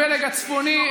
הפלג הצפוני,